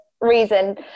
reason